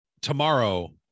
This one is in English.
tomorrow